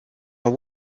are